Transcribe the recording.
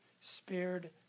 spared